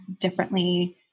differently